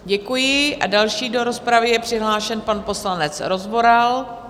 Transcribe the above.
Děkuji a další do rozpravy je přihlášen pan poslanec Rozvoral.